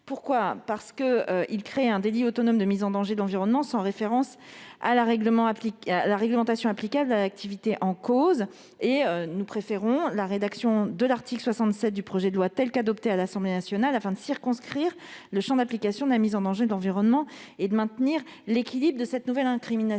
ils visent à créer un délit autonome de mise en danger de l'environnement sans référence à la réglementation applicable à l'activité en cause. Nous préférons la rédaction de l'article 67 telle qu'adoptée à l'Assemblée nationale, qui circonscrit le champ d'application de la mise en danger de l'environnement et qui maintient l'équilibre de cette nouvelle incrimination.